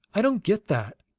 i don't get that.